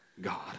God